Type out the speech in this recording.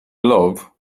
love